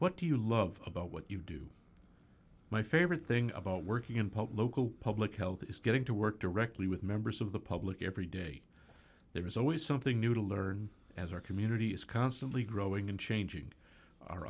what do you love about what you do my favorite thing about working in pope local public health is getting to work directly with members of the public every day there is always something new to learn as our community is constantly growing and changing our